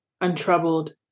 untroubled